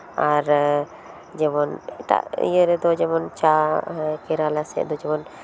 ᱟᱨ ᱡᱮᱢᱚᱱ ᱮᱴᱟᱜ ᱤᱭᱟᱹ ᱨᱮᱫᱚ ᱡᱮᱢᱚᱱ ᱪᱟ ᱦᱚᱸ ᱠᱮᱨᱟᱞᱟ ᱥᱮᱫ ᱫᱚ ᱡᱮᱢᱚᱱ